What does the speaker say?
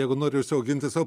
jeigu nori užsiauginti sau